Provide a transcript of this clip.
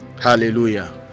hallelujah